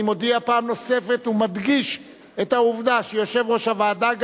אני מודיע פעם נוספת ומדגיש את העובדה שיושב-ראש הוועדה,